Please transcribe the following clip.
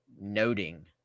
noting –